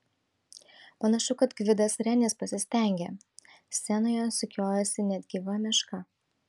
panašu kad gvidas renis pasistengė scenoje sukiojasi net gyva meška